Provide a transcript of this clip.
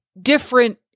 different